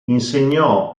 insegnò